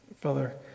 Father